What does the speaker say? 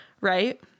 Right